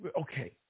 okay